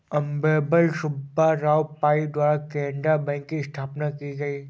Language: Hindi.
अम्मेम्बल सुब्बा राव पई द्वारा केनरा बैंक की स्थापना की गयी